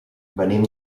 venim